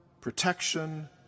protection